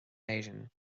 éirinn